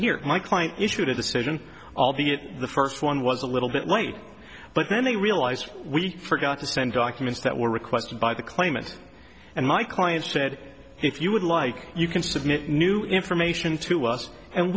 here my client issued a decision albeit the first one was a little bit late but then they realized we forgot to send documents that were requested by the claimant and my clients ted if you would like you can submit new information to us and